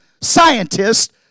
scientists